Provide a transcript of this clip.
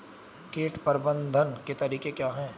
कीट प्रबंधन के तरीके क्या हैं?